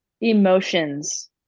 emotions